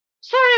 Sorry